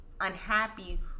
unhappy